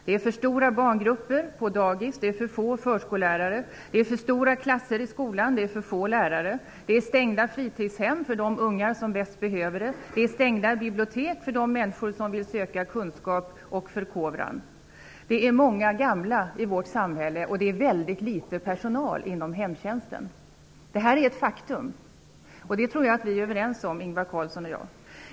Det är för stora barngrupper på dagis, det är för få förskollärare, det är för stora klasser och för få lärare i skolan, stängda fritidshem för dem som bäst skulle behöva fritidshemmen och stängda bibliotek för de människor som vill söka kunskap och förkovran. Vi har många gamla i vårt samhälle men mycket litet personal inom hemtjänsten. Detta är fakta, och jag tror att Ingvar Carlsson och jag är överens om dem.